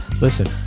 listen